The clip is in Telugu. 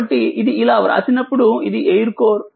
కాబట్టిఇది ఇలా వ్రాసినప్పుడుఇది ఎయిర్కోర్